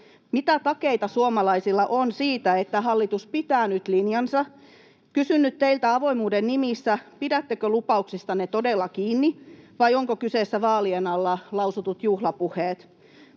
Mitä takeita suomalaisilla on siitä, että hallitus pitää nyt linjansa? Kysyn nyt teiltä avoimuuden nimissä: Pidättekö lupauksistanne todella kiinni, vai ovatko kyseessä vaalien alla lausutut juhlapuheet?